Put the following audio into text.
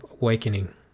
awakening